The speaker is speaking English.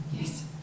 Yes